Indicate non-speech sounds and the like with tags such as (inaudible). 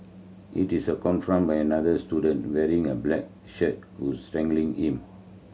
he (unintelligible) a confronted by another student wearing a black shirt who strangling him